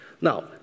now